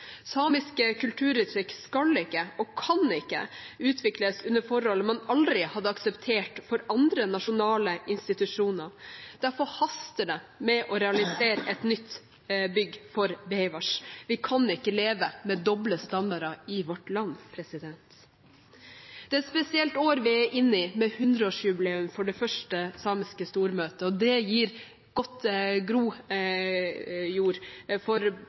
Samiske kulturuttrykk skal ikke og kan ikke utvikles under forhold man aldri hadde akseptert for andre nasjonale institusjoner. Derfor haster det med å realisere et nytt bygg for Beaivváš. Vi kan ikke leve med doble standarder i vårt land. Det er et spesielt år vi er inne i, med 100-årsjubileum for det første samiske stormøtet, og det gir god grojord for